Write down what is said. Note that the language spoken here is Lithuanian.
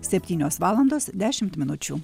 septynios valandos dešimt minučių